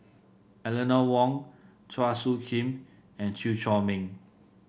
Eleanor Wong Chua Soo Khim and Chew Chor Meng